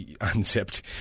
unzipped